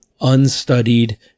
unstudied